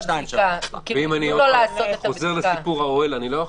ואם אני חוזר לסיפור האוהל, אני לא יכול?